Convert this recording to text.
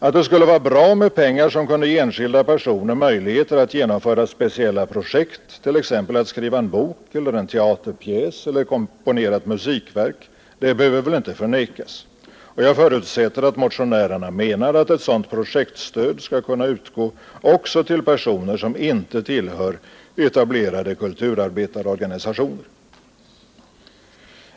Att det skulle vara bra med pengar som kunde ge enskilda personer möjligheter att genomföra specialprojekt, t.ex. att skriva en bok eller en teaterpjäs eller att komponera ett musikverk, behöver väl inte förnekas, och jag förutsätter att motionärerna menar att ett sådant projektstöd skall kunna utgå också till personer som inte tillhör etablerade kulturarbetarorganisationer.